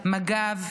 מג"ב,